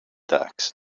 ducks